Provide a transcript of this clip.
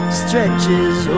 stretches